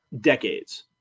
Decades